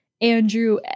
Andrew